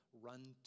run